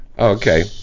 Okay